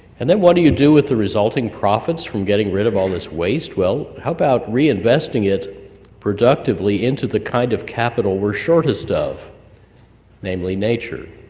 and then what do you do with the resulting profits from getting rid of all this waste? well, how about reinvesting it productively into the kind of capital we're shortest of namely nature.